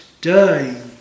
day